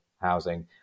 housing